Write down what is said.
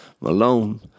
Malone